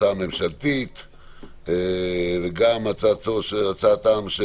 הצעה ממשלתית, וגם הצעתם של